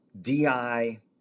DI